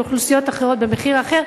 לאוכלוסיות אחרות במחיר אחר,